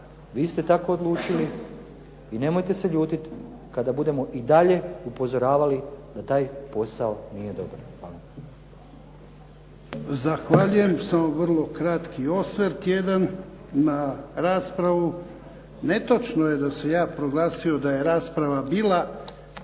vi ste tako odlučili i nemojte se ljutiti kada budemo i dalje upozoravali da taj posao nije dobar. Hvala. **Jarnjak, Ivan (HDZ)** Zahvaljujem. Samo vrlo kratki osvrt jedan na raspravu. Netočno je da sam je proglasio da je rasprava bila,